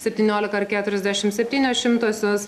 septyniolika ir keturiasdešimt septynios šimtosios